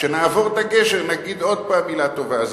כשנעבור את הגשר, נגיד עוד פעם מלה טובה.